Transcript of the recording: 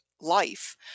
life